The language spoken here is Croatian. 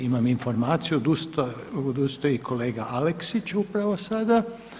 Imam informaciju odustao je i kolega Aleksić upravo sada.